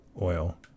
oil